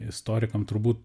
istorikam turbūt